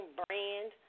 brand